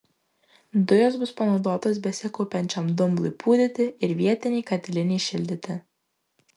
dujos bus panaudotos besikaupiančiam dumblui pūdyti ir vietinei katilinei šildyti